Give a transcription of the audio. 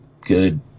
good